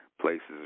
places